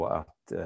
att